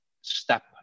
step